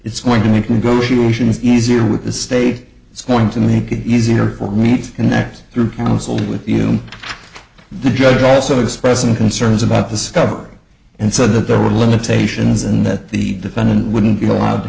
it's going to make negotiations easier with the state it's going to make it easier for me and next through counsel with you the judge also expressing concerns about the scope and said that there were limitations and that the defendant wouldn't be allowed to